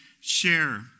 share